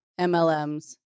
MLMs